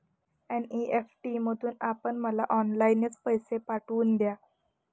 NEFT मधून आपण मला ऑनलाईनच पैसे पाठवून द्या